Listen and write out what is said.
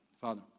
Father